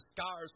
scars